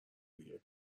دیگه